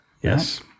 Yes